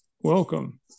welcome